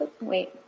Wait